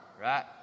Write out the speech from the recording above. right